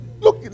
Look